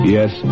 Yes